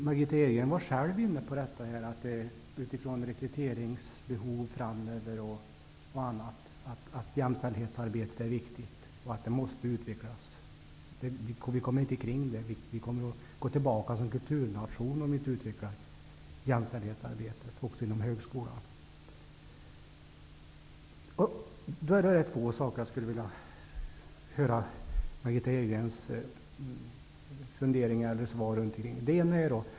Margitta Edgren var själv inne på att jämställdhetsarbetet är viktigt utifrån rekryteringsbehov framöver och att det måste utvecklas. Vi kommer inte runt det. Vi kommer att gå tillbaka som kulturnation om vi inte utvecklar jämställdhetsarbetet även inom högskolan. Det är två saker jag skulle vilja höra Margitta Edgrens funderingar kring.